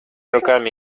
руками